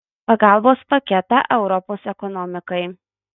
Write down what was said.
pagalbos paketą europos ekonomikai